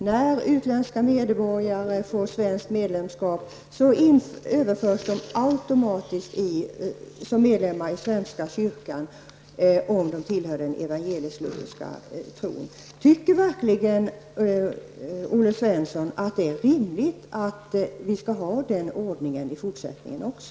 När utländska medborgare får svenskt medborgarskap införs de automatiskt som medlemmar i svenska kyrkan om de tillhör den evangelisk-lutherska tron. Tycker verkligen Olle Svensson att det är rimligt att vi skall ha den ordningen i fortsättningen också?